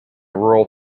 rural